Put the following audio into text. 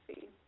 see